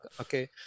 Okay